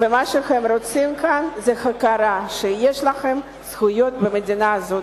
ומה שהם רוצים כאן זה הכרה שיש להם זכויות במדינה הזאת.